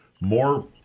more